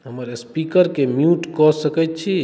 हमर स्पीकरके म्यूट कऽ सकैत छी